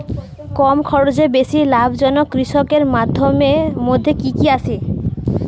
কম খরচে বেশি লাভজনক কৃষির মইধ্যে কি কি আসে?